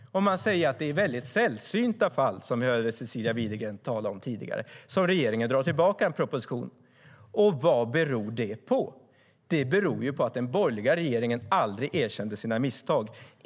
Man säger att det är i väldigt sällsynta fall som en regering drar tillbaka en proposition, vilket vi hörde Cecilia Widegren tala om tidigare. Och vad beror det på? Det beror ju på att den borgerliga regeringen aldrig erkände sina misstag!